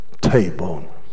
table